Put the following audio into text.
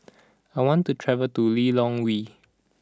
I want to travel to Lilongwe